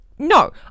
no